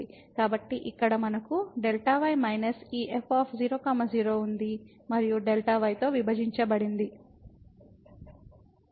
ఇక్కడ మనకు Δy minus ఈ f 0 0 ఉంది మరియు Δy తో విభజించబడింది